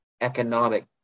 economic